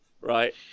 right